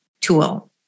tool